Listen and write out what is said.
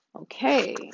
Okay